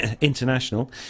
International